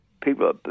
People